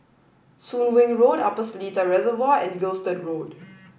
soon Wing Road Upper Seletar Reservoir and Gilstead Road